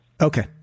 Okay